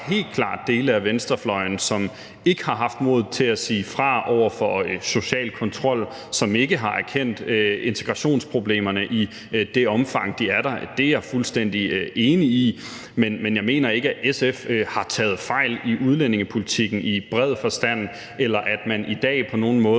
helt klart dele af venstrefløjen, som ikke har haft modet til at sige fra over for social kontrol, og som ikke har erkendt integrationsproblemerne i det omfang, de er der; det er jeg fuldstændig enig i. Men jeg mener ikke, at SF har taget fejl i udlændingepolitikken i en bred forstand, eller at man i dag på nogen måde